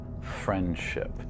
friendship